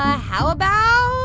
ah how about